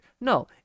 No